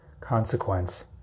consequence